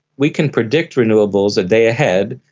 we can predict renewables a day ahead.